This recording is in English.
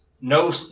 no